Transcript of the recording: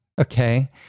okay